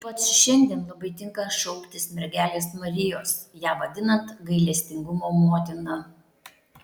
ypač šiandien labai tinka šauktis mergelės marijos ją vadinant gailestingumo motina